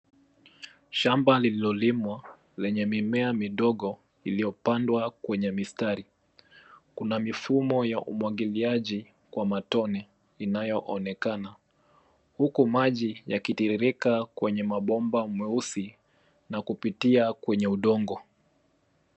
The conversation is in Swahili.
Shamba lililolimwa lenye mimea midogo iliyopandwa kwenye mistari. Kuna mifumo ya umwagiliaji kwa matone inayoonekana huko maji yakitiririka kwenye mabomba meusi na kupitia kwenye udongo.